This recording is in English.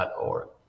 org